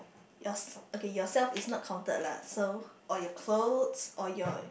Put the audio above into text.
yours~ okay yourself is not counted lah so or your clothes or your